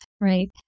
Right